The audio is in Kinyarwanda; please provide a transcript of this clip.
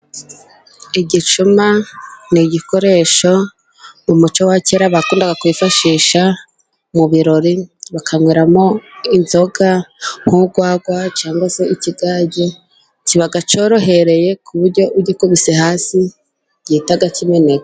Igicuma ni igikoresho mu muco wa kera bakundaga kwifashisha mu birori bakanyweramo inzoga n'urwagwa cyangwa se ikigage, cyiba cyorohereye ku buryo ugikubise hasi gihita kimeneka.